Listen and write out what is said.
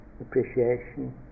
appreciation